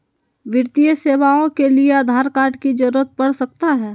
वित्तीय सेवाओं के लिए आधार कार्ड की जरूरत पड़ सकता है?